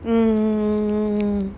um